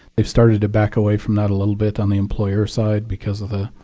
they've started to back away from that a little bit on the employer side because of the